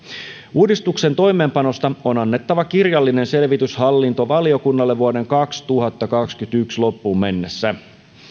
uudistuksen toimeenpanosta on annettava kirjallinen selvitys hallintovaliokunnalle vuoden kaksituhattakaksikymmentäyksi loppuun mennessä